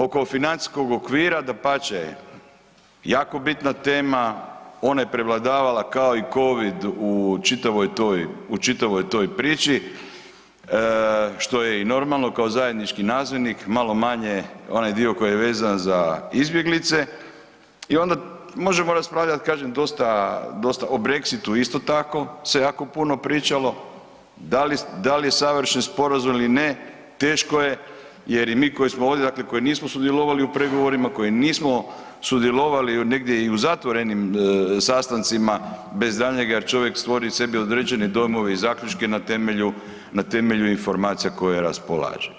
Oko financijskog okvira dapače, jako bitna tema ona je prevladavala kao i Covid u čitavoj toj priči što je i normalno kao zajednički nazivnik, malo manje onaj dio koji je vezan za izbjeglice i onda možemo raspravljati kažem dosta, dosta, o Brexitu isto tako se jako puno pričalo, da li je savršen sporazum ili ne teško je jer i mi koji smo ovdje koji nismo sudjelovali u pregovorima, koji nismo sudjelovali negdje i u zatvorenim sastancima bez daljnjega jer čovjek stvori sebi određene dojmove i zaključke na temelju, na temelju informacije koje raspolaže.